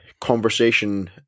conversation